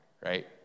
right